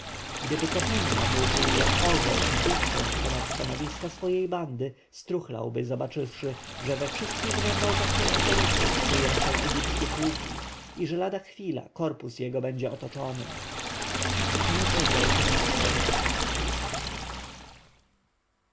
gdyby tehenna mógł jak orzeł wzbić się ponad stanowiska swojej bandy struchlałby zobaczywszy że we wszystkich wąwozach tej okolicy kryją się egipskie pułki i że lada chwila korpus jego będzie otoczony